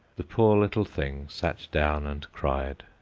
the poor little thing sat down and cried.